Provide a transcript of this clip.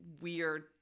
weird